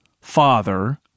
father